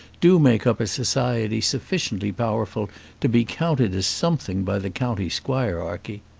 do make up a society sufficiently powerful to be counted as something by the county squirearchy.